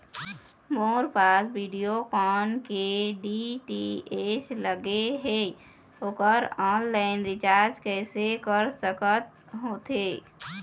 मोर पास वीडियोकॉन के डी.टी.एच लगे हे, ओकर ऑनलाइन रिचार्ज कैसे कर सकत होथे?